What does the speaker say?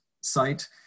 site